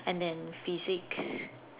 and then Physics